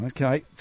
Okay